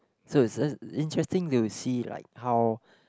so it's just interesting to see like how